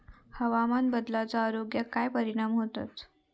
हवामान बदलाचो आरोग्याक काय परिणाम होतत?